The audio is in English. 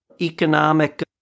economic